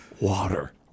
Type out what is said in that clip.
Water